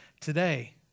Today